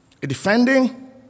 defending